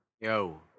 Yo